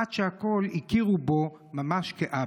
עד שהכול הכירו בו ממש כאבא.